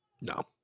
no